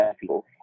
people